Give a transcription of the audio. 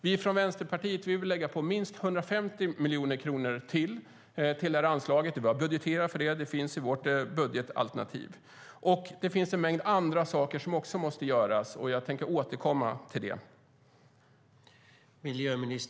Vi från Vänsterpartiet vill lägga på minst 150 miljoner kronor ytterligare till det här anslaget. Vi har budgeterat för det i vårt budgetalternativ. Det finns en mängd andra saker som också måste göras, och jag tänker återkomma till det.